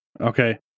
Okay